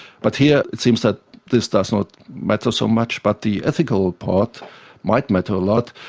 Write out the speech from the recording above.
but here it seems that this does not matter so much, but the ethical part might matter a lot,